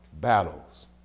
battles